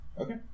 Okay